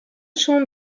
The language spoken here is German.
schon